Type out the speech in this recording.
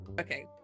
Okay